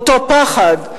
אותו פחד,